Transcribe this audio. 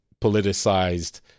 politicized